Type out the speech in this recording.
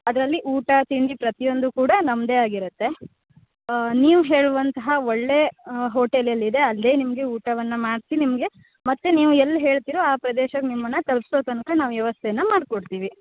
ಅದರಲ್ಲಿ ಊಟ ತಿಂಡಿ ಪ್ರತಿಯೊಂದು ಕೂಡ ನಮ್ಮದೇ ಆಗಿರುತ್ತೆ ನೀವು ಹೇಳುವಂತಹ ಒಳ್ಳೇ ಹೋಟೆಲ್ ಎಲ್ಲಿದೆ ಅಲ್ಲೇ ನಿಮಗೆ ಊಟವನ್ನು ಮಾಡಿಸಿ ನಿಮಗೆ ಮತ್ತು ನೀವು ಎಲ್ಲಿ ಹೇಳ್ತೀರೋ ಆ ಪ್ರದೇಶಕ್ಕೆ ನಿಮ್ಮನ್ನ ತಲುಪ್ಸೋ ತನಕ ನಾವು ವ್ಯವಸ್ಥೆಯನ್ನ ಮಾಡಿಕೊಡ್ತೀವಿ